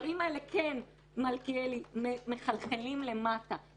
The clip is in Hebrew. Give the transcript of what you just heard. כן מלכיאלי, הדברים האלה מחלחלים למטה.